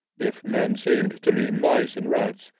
if men seemed to me mice and rats